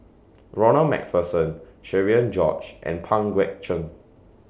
Ronald MacPherson Cherian George and Pang Guek Cheng